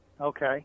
Okay